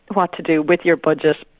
what to do with your budget,